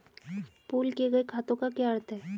Pool किए गए खातों का क्या अर्थ है?